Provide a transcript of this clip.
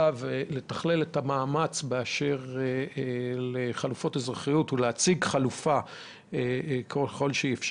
והמאמץ באשר לחלופות אזרחיות ולהציג חלופה אפשרית.